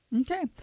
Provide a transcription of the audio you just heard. Okay